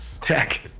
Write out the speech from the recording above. Tech